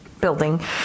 building